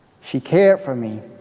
she cared for me,